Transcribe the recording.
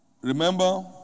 Remember